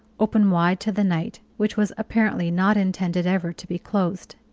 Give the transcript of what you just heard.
open wide to the night, which was apparently not intended ever to be closed.